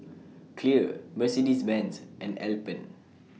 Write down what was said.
Clear Mercedes Benz and Alpen